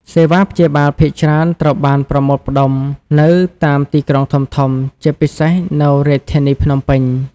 សេវាព្យាបាលភាគច្រើនត្រូវបានប្រមូលផ្តុំនៅតាមទីក្រុងធំៗ ជាពិសេសនៅរាជធានីភ្នំពេញ។